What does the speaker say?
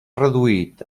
reduït